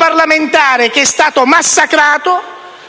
parlamentare che è stato massacrato